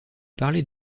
parler